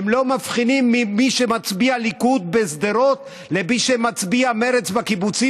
הם לא מבחינים בין מי שמצביע ליכוד בשדרות למי שמצביע מרצ בקיבוצים,